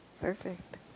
Perfect